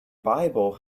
bible